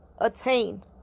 attain